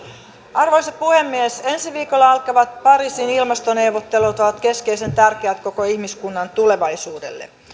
arvoisa puhemies ensi viikolla alkavat pariisin ilmastoneuvottelut ovat keskeisen tärkeät koko ihmiskunnan tulevaisuudelle